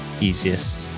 easiest